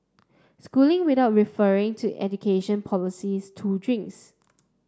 schooling without referring to education policies two drinks